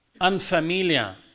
unfamiliar